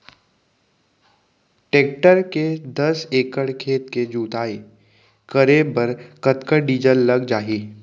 Tractor ले दस एकड़ खेत के जुताई करे बर कतका डीजल लग जाही?